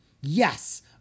Yes